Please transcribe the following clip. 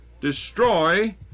destroy